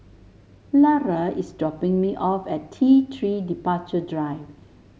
Lara is dropping me off at T Three Departure Drive